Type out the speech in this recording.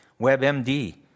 WebMD